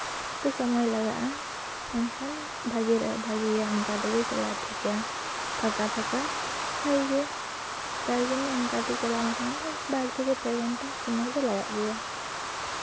ᱛᱚ ᱥᱚᱢᱚᱭ ᱞᱟᱜᱟᱜᱼᱟ ᱢᱮᱱᱠᱷᱟᱱ ᱵᱷᱟᱜᱮᱭᱟ ᱚᱱᱠᱟ ᱛᱮᱜᱮ ᱪᱟᱞᱟᱣ ᱴᱷᱤᱠᱟ ᱯᱷᱟᱸᱠᱟ ᱯᱷᱟᱸᱠᱟ ᱵᱷᱟᱜᱮ ᱜᱮ ᱛᱟᱨ ᱡᱚᱱᱱᱮ ᱚᱱᱠᱟᱛᱮ ᱪᱟᱞᱟᱣ ᱞᱮᱱᱠᱷᱟᱱ ᱫᱚ ᱵᱟᱨ ᱛᱷᱮᱠᱮ ᱯᱮ ᱜᱷᱚᱱᱴᱟ ᱥᱚᱢᱚᱭ ᱫᱚ ᱞᱟᱜᱟᱜ ᱜᱮᱭᱟ